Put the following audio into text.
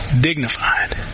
dignified